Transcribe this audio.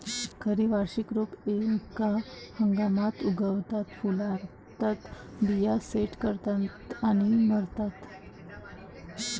खरी वार्षिक रोपे एका हंगामात उगवतात, फुलतात, बिया सेट करतात आणि मरतात